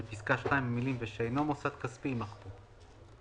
בפסקה (2), המילים "ושאינו מוסד כספי" יימחקו.